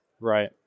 Right